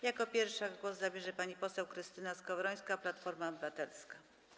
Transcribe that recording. Jako pierwsza głos zabierze pani poseł Krystyna Skowrońska, Platforma Obywatelska.